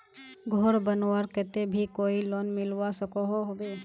घोर बनवार केते भी कोई लोन मिलवा सकोहो होबे?